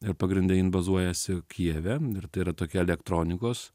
ir pagrinde jin bazuojasi kijeve ir tai yra tokia elektronikos